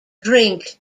drink